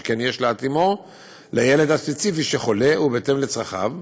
שכן יש להתאימו לילד הספציפי שחולה ולצרכיו.